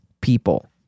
people